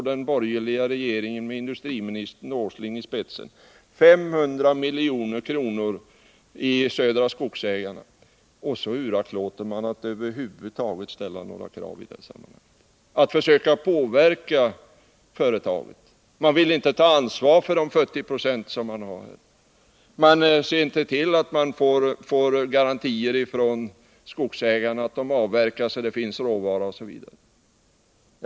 Den borgerliga regeringen satsar med industriminister Åsling i spetsen 500 milj.kr. i Södra Skogsägarna, och så uraktlåter man att över huvud taget ställa några krav i det sammanhanget, att försöka påverka företaget. Man vill inte ta ansvar för de 40 26 som man har. Man ser inte till att få garantier från skogsägarna för att de skall avverka, för att det skall finnas råvara osv.